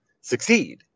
succeed